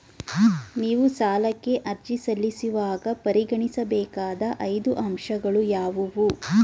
ನೀವು ಸಾಲಕ್ಕೆ ಅರ್ಜಿ ಸಲ್ಲಿಸುವಾಗ ಪರಿಗಣಿಸಬೇಕಾದ ಐದು ಅಂಶಗಳು ಯಾವುವು?